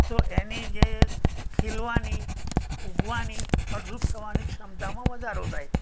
તો એની જે ખીલવાની ઉગવાની ફળદ્રૂપ થવાની ક્ષમતામાં વધારો થાય